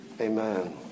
Amen